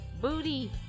Booty